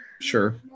sure